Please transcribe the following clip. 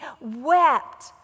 wept